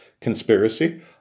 conspiracy